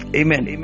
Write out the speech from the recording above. amen